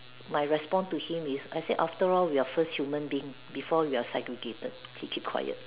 my response to him is I say after all we are first human being before we are segregated he keep quiet